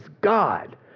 God